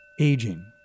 aging